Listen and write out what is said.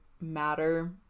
matter